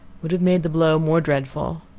would have made the blow more dreadful.